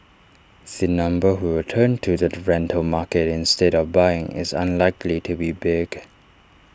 the number who will turn to the rental market instead of buying is unlikely to be big